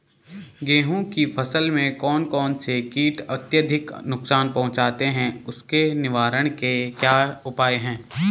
गेहूँ की फसल में कौन कौन से कीट अत्यधिक नुकसान पहुंचाते हैं उसके निवारण के क्या उपाय हैं?